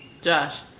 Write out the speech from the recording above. Josh